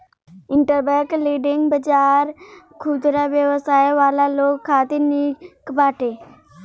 interbank lending बाजार खुदरा व्यवसाय वाला लोग खातिर निक बाटे